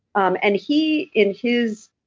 um and he, in his